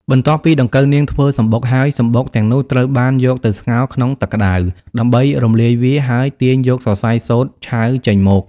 បន្ទាប់ពីដង្កូវនាងធ្វើសម្បុកហើយ សម្បុកទាំងនោះត្រូវបានយកទៅស្ងោរក្នុងទឹកក្តៅ ដើម្បីរំលាយវា ហើយទាញយកសរសៃសូត្រឆៅចេញមក។